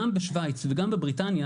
גם בשוויץ וגם בבריטניה,